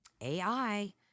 AI